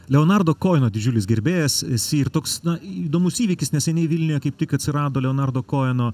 leonardo koeno didžiulis gerbėjas esi ir toks na įdomus įvykis neseniai vilniuje kaip tik atsirado leonardo koeno